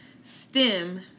Stem